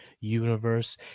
universe